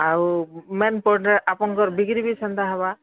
ଆଉ ମେନ୍ ପଏଣ୍ଟରେ ଆପଣଙ୍କର ବିକ୍ରି ବି ସେନ୍ତା ହେବା